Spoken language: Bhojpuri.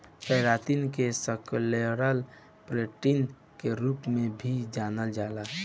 केरातिन के स्क्लेरल प्रोटीन के रूप में भी जानल जाला